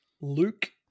Luke